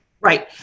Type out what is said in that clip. Right